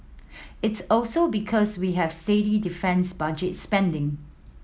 it's also because we have steady defence budget spending